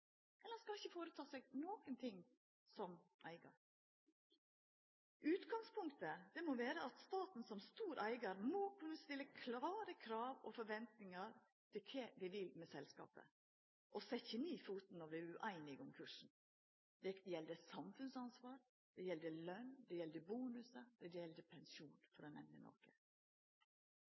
skal som eigar ikkje foreta seg nokon ting. Utgangspunktet må vera at staten som stor eigar må kunna stilla klare krav og forventingar til kva vi vil med selskapet, og setja ned foten når vi er ueinige om kursen. Det gjeld samfunnsansvar, det gjeld løn, det gjeld bonusar, det gjeld pensjon – for å nemna noko.